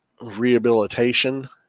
rehabilitation